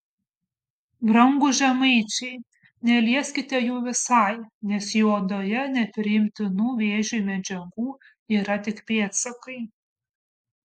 brangūs žemaičiai nelieskite jų visai nes jų odoje nepriimtinų vėžiui medžiagų yra tik pėdsakai